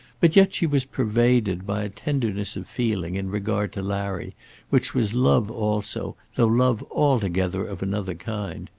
but yet she was pervaded by a tenderness of feeling in regard to larry which was love also though love altogether of another kind.